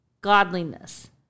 godliness